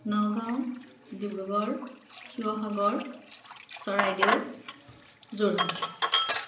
Nagaon Dibrugarh Sivasagar Charaideo Jorhat